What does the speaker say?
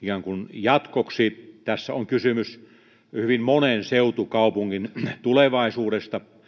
jatkoksi tässä on kysymys hyvin monen seutukaupungin tulevaisuudesta